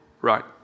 right